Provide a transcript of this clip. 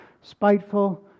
spiteful